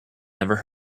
never